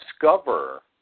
discover